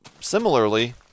Similarly